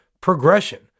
progression